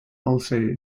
also